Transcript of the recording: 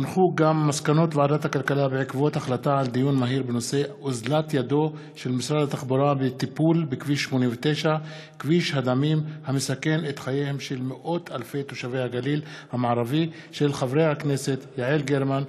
מסקנות ועדת הכלכלה בעקבות דיון מהיר בהצעתם של חברי הכנסת יעל גרמן,